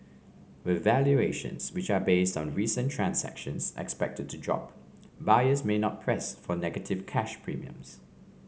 with valuations which are based on recent transactions expected to drop buyers may not press for negative cash premium